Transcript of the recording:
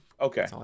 Okay